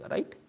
Right